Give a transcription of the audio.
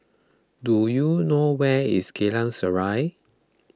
do you know where is Geylang Serai